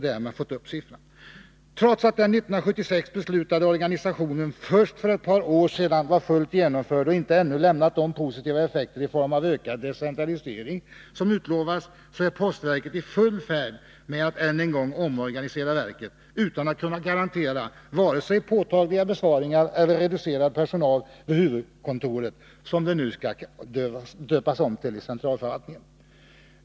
Trots att den 1976 beslutade organisationen först för ett par år sedan var fullt genomförd och inte ännu lämnat de positiva effekter i form av ökad decentralisering som utlovats, är postverket i full färd med att än en gång omorganisera verket, utan att kunna garantera vare sig påtagliga besparingar eller reducerad personal vid huvudkontoret, som centralförvaltningen nu skall döpas om till.